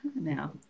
now